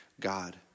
God